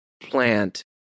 plant